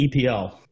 EPL